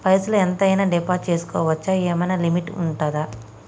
పైసల్ ఎంత అయినా డిపాజిట్ చేస్కోవచ్చా? ఏమైనా లిమిట్ ఉంటదా?